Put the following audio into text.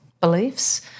beliefs